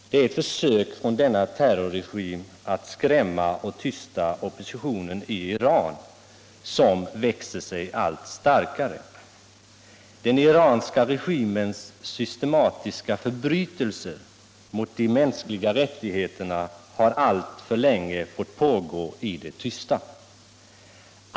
De är försök från denna terrorregim att skrämma och tysta oppositionen i Iran som växer sig allt starkare. Den iranska regimens systematiska förbrytelser mot de mänskliga rättigheterna har alltför länge fått pågå i det tysta.